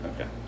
Okay